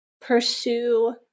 pursue